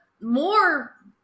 more